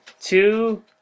Two